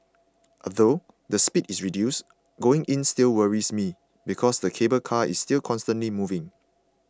although the speed is reduced going in still worries me because the cable car is still constantly moving